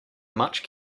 much